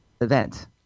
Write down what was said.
event